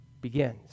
begins